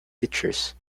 pictures